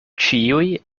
ĉiuj